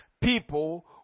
people